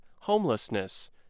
homelessness